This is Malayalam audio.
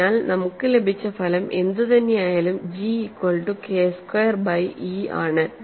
എന്നാൽ നമുക്ക് ലഭിച്ച ഫലം എന്തുതന്നെയായാലും G equal to K square by E ആണ്